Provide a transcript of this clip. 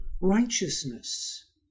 righteousness